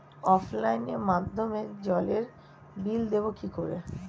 অফলাইনে মাধ্যমেই জলের বিল দেবো কি করে?